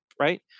right